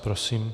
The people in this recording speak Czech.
Prosím.